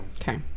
Okay